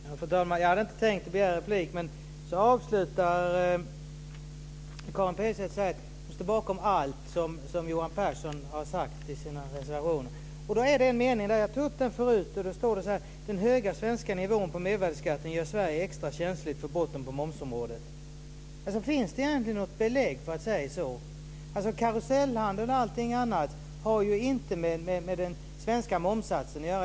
Fru talman! Jag hade inte tänkt begära replik, men Karin Pilsäter avslutade med att säga att hon står bakom allt som Johan Pehrson har sagt i sina reservationer. Det finns en mening som jag tog upp förut. Det står så här: "Den höga svenska nivån på mervärdesskatten gör Sverige extra känsligt för brotten på momsområdet." Finns det egentligen något belägg för att säga så? Karusellhandel och allt annat har ju inte med den svenska momssatsen att göra.